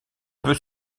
peut